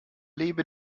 lebe